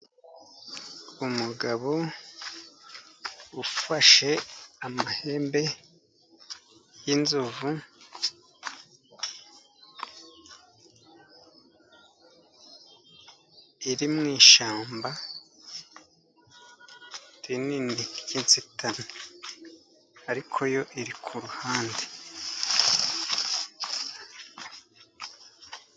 Umugabo ufashe amahembe y'inzovu iri mu ishyamba rinini ry' inzitane, ariko yo iri ku ruhande.